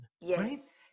Yes